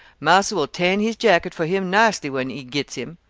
marser will tan his jacket for him nicely when he gets him.